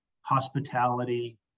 hospitality